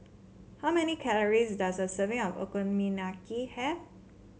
how many calories does a serving of Okonomiyaki have